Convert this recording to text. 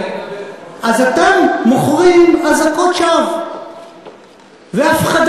אז אתם מוכרים אזעקות שווא והפחדה.